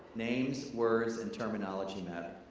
names, words and terminology matter.